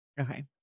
Okay